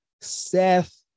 Seth